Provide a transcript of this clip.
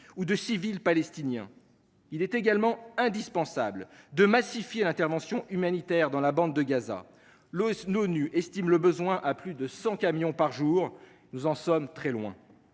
ou des civils palestiniens. Il est également indispensable d’augmenter massivement l’intervention humanitaire dans la bande de Gaza. L’ONU estime les besoins à plus de cent camions par jour ; nous en sommes très loin.